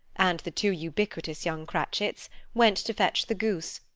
and the two ubiquitous young cratchits went to fetch the goose,